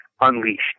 unleashed